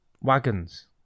Wagons